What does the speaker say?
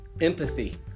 Empathy